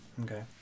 Okay